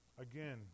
Again